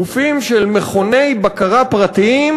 גופים של מכוני בקרה פרטיים,